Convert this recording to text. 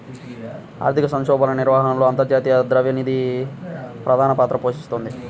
ఆర్థిక సంక్షోభాల నిర్వహణలో అంతర్జాతీయ ద్రవ్య నిధి ప్రధాన పాత్ర పోషిస్తోంది